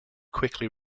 quickly